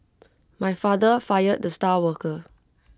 my father fired the star worker